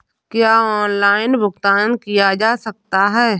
क्या ऑनलाइन भुगतान किया जा सकता है?